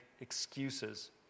excuses